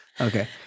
Okay